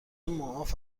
معاف